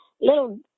little